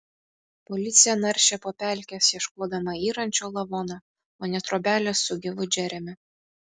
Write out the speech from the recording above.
policija naršė po pelkes ieškodama yrančio lavono o ne trobelės su gyvu džeremiu